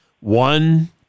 One